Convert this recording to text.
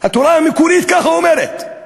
התורה המקורית ככה אומרת.